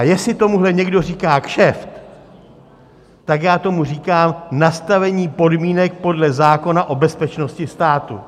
A jestli tomuhle někdo říká kšeft, tak já tomu říkám nastavení podmínek podle zákona o bezpečnosti státu.